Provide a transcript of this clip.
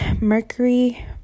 Mercury